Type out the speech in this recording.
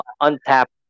untapped